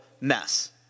mess